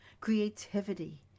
creativity